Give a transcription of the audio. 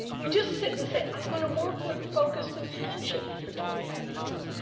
you just sit and say, i'm going to work with focused attention for twenty five minutes,